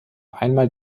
einmal